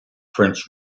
french